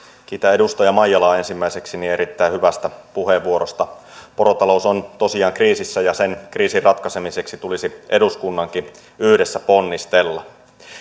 kiitän edustaja maijalaa ensimmäiseksi erittäin hyvästä puheenvuorosta porotalous on tosiaan kriisissä ja sen kriisin ratkaisemiseksi tulisi eduskunnankin yhdessä ponnistella